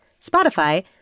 Spotify